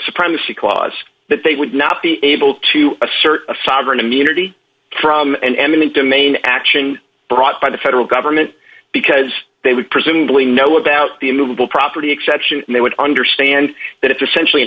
supremacy clause that they would not be able to assert a sovereign immunity from an eminent domain action brought by the federal government because they would presumably know about the immovable property exception and they would understand that it's essentially an